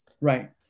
Right